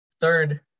Third